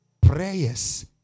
prayers